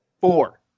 Four